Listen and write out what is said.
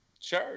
Sure